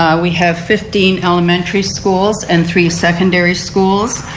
we have fifteen elementary schools and three secondary schools.